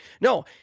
No